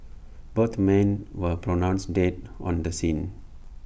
both men were pronounced dead on the scene